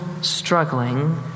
struggling